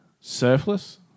surplus